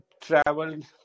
traveled